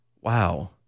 Wow